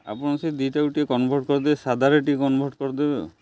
ଆପଣ ସେ ଦୁଇଟାକୁ ଟିକେ କନଭର୍ଟ କରିଦେବେ ସାଧାରେ ଟିକେ କନଭର୍ଟ କରିଦେବେ ଆଉ